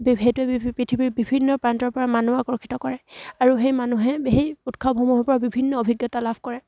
বে সেইটোৱে পৃথিৱীৰ বিভিন্ন প্ৰান্তৰ পৰা মানুহ আকৰ্ষিত কৰে আৰু সেই মানুহে সেই উৎসৱসমূহৰ পৰা বিভিন্ন অভিজ্ঞতা লাভ কৰে